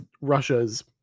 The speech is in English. Russia's